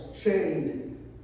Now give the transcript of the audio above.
chained